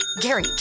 Gary